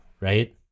right